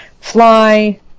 Fly